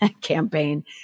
campaign